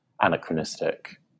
anachronistic